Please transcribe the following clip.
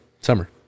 summer